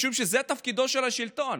משום שזה תפקידו של השלטון.